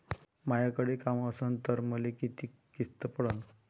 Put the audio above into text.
मायाकडे काम असन तर मले किती किस्त पडन?